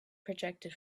projected